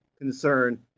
concern